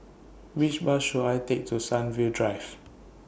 Which Bus should I Take to Sunview Drive